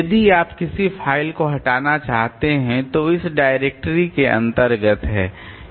यदि आप किसी फ़ाइल को हटाना चाहते हैं जो इस डायरेक्टरी के अंतर्गत है